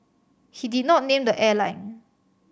he did not name the airline